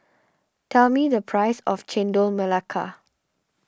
tell me the price of Chendol Melaka